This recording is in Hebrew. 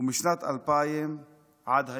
ומשנת 2000 עד היום,